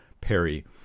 Perry